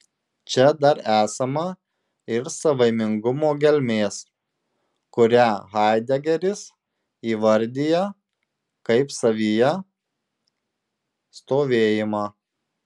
čia dar esama ir savaimingumo gelmės kurią haidegeris įvardija kaip savyje stovėjimą